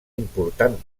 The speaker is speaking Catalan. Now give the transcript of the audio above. important